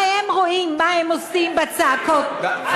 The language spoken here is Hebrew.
הרי הם רואים מה הם עושים בצעקות, אתם שנואים.